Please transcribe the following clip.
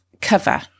cover